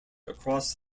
across